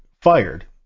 fired